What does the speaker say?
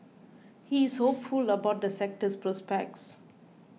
he is hopeful about the sector's prospects